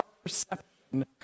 Perception